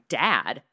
dad